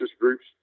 groups